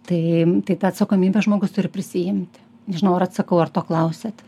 tai tai tą atsakomybę žmogus turi prisiimti nežinau ar atsakau ar to klausėt